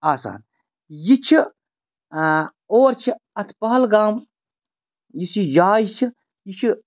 آسان یہِ چھِ اور چھِ اَتھ پہلگام یُس یہِ جاے چھِ یہِ چھِ